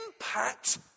impact